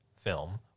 film